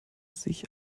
sich